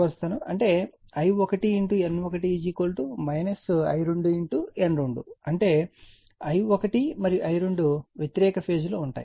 అంటే I1 N1 N2 I2 అంటే I1 మరియు I2 వ్యతిరేక ఫేజ్ లో ఉంటాయి